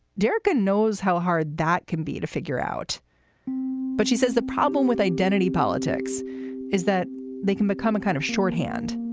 durkin knows how hard that can be to figure out but she says the problem with identity politics is that they can become a kind of shorthand,